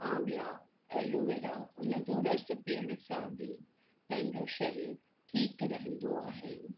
आंवला एलोवेरा उनजो रस पीअण सां बि पंहिंजो शरीर ठीकु रहंदो आहे